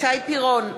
שי פירון,